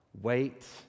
wait